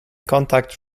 contact